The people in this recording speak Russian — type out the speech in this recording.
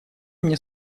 мне